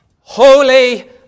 Holy